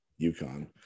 UConn